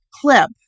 clip